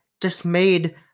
dismayed